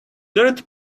dirt